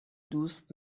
دوست